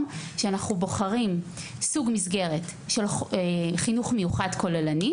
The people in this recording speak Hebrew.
שאנחנו בוחרים סוג מסגרת של חינוך מיוחד כוללני,